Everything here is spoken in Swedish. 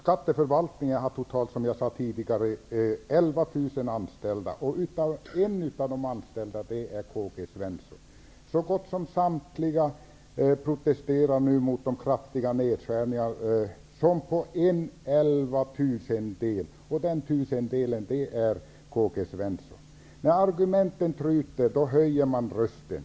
Herr talman! Som jag tidigare sade har skatteförvaltningen totalt 11 000 anställda. En av de anställda är K-G Svenson. Så gott som samtliga -- så när som på 1/11 000 av personalen -- protesterar nu mot de kraftiga nedskärningarna. När argumenten tryter, höjer man rösten.